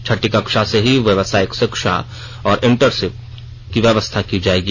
छठी कक्षा से ही व्यवसायिक शिक्षा और इंटरशिप की व्यवस्था की जाएगी